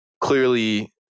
Clearly